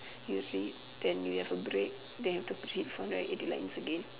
you see then you have a break then you need to proceed four hundred and eighty lines again